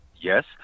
yes